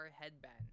headband